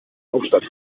hauptstadt